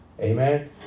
Amen